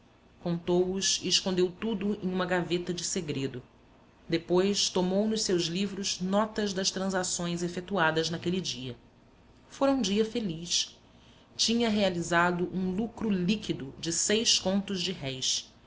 réis contou os e escondeu tudo em uma gaveta de segredo depois tomou nos seus livros notas das transações efetuadas naquele dia fora um dia feliz tinha realizado um lucro líquido de